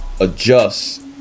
adjust